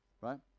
Right